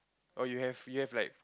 oh you have you have like